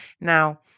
now